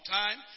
time